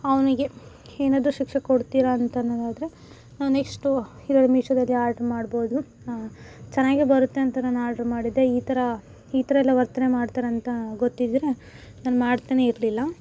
ಅವನಿಗೆ ಏನಾದ್ರೂ ಶಿಕ್ಷೆ ಕೊಡ್ತೀರ ಅಂತ ಅನ್ನೋದಾದ್ರೆ ನಾವು ನೆಷ್ಟು ಇದ್ರಲ್ಲಿ ಮೀಶೋದಲ್ಲಿ ಆರ್ಡರ್ ಮಾಡ್ಬೋದು ಚೆನ್ನಾಗೇ ಬರುತ್ತೆ ಅಂತ ನಾನು ಆರ್ಡರ್ ಮಾಡಿದ್ದೆ ಈ ಥರ ಈ ಥರ ಎಲ್ಲ ವರ್ತನೆ ಮಾಡ್ತಾರೆ ಅಂತ ಗೊತಿದ್ದರೆ ನಾನು ಮಾಡ್ತಾನೇ ಇರಲಿಲ್ಲ